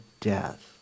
death